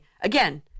Again